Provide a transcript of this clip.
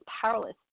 powerless